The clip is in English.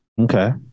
Okay